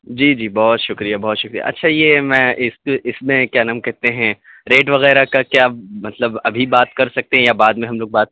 جی جی بہت شکریہ بہت شکریہ اچھا یہ میں اس میں کیا نام کہتے ہیں ریٹ وغیرہ کا کیا مطلب ابھی بات کر سکتے ہیں یا بعد میں ہم لوگ بات